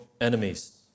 enemies